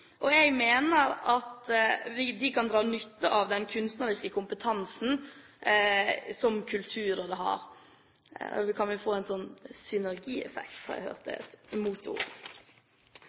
ABM-utvikling. Jeg mener at de kan dra nytte av den kunstneriske kompetansen som Kulturrådet har. Så kan vi få en synergieffekt, som jeg har hørt er et moteord. Det